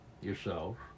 yourselves